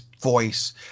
voice